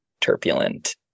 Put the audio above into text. turbulent